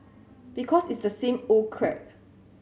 because it's the same old crap